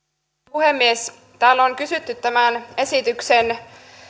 puhemies täällä on kysytty tämän esityksen